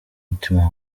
umutima